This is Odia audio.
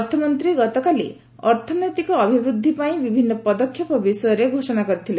ଅର୍ଥମନ୍ତ୍ରୀ ଗତକାଲି ଅର୍ଥନୈତିକ ଅଭିବୃଦ୍ଧି ପାଇଁ ବିଭିନ୍ନ ପଦକ୍ଷେପ ବିଷୟରେ ଘୋଷଣା କରିଥିଲେ